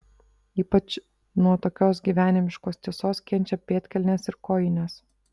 ypač nuo tokios gyvenimiškos tiesos kenčia pėdkelnės ir kojinės